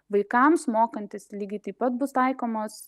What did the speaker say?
vaikams mokantis lygiai taip pat bus taikomos